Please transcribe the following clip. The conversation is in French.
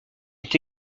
est